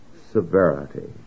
severity